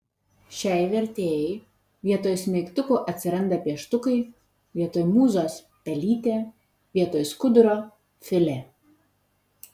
šiai vertėjai vietoj smeigtukų atsiranda pieštukai vietoj mūzos pelytė vietoj skuduro filė